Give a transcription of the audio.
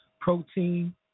protein